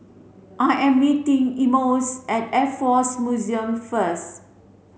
I am meeting Emmons at Air Force Museum first